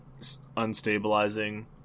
unstabilizing